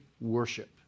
worship